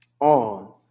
on